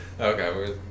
Okay